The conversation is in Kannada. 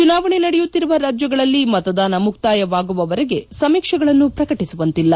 ಚುನಾವಣೆ ನಡೆಯುತ್ತಿರುವ ರಾಜ್ಯಗಳಲ್ಲಿ ಮತದಾನ ಮುಕ್ತಾಯ ವಾಗುವವರೆಗೆ ಸಮೀಕ್ಷೆಗಳನ್ನು ಪ್ರಕಟಿಸುವಂತಿಲ್ಲ